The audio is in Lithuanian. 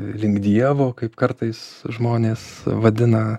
link dievo kaip kartais žmonės vadina